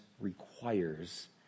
requires